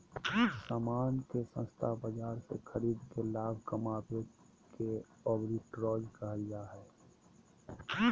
सामान के सस्ता बाजार से खरीद के लाभ कमावे के आर्बिट्राज कहल जा हय